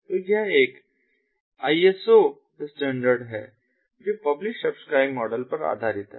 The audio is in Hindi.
तो यह एक आई एस ओ स्टैंडर्ड है जो पब्लिश सब्सक्राइब मॉडल पर आधारित है